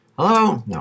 Hello